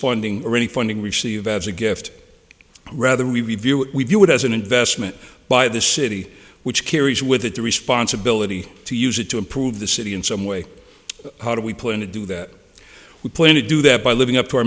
funding or any funding received as a gift rather we review it we view it as an investment by the city which carries with it the responsibility to use it to improve the city in some way how do we put in to do that we plan to do that by living up